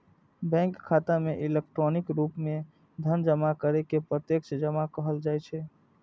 bank खाता मे electronic रूप मे धन जमा करै के प्रत्यक्ष जमा कहल जाइ छै